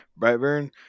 *Brightburn*